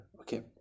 okay